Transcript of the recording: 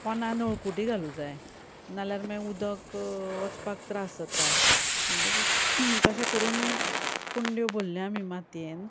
पोंदां नळकुटी घालूंक जाय नाल्यार माय उदक वचपाक त्रास जाता म्हणटकूत तशें करून कुंड्यो भल्ले आमी मातयेन